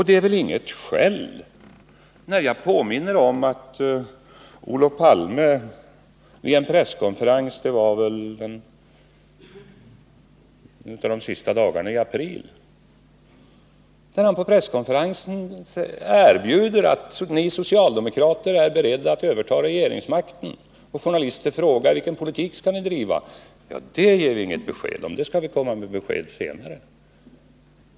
Det är väl inte att skälla när jag påminner om att Olof Palme vid en presskonferens — jag tror att det var någon av de sista dagarna i april— sade att socialdemokraterna var beredda att överta regeringsmakten. På journalisternas fråga om vilken politik man skulle bedriva gav man inget svar utan sade bara att man skulle komma med besked om det senare.